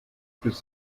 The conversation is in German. bis